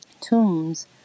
tombs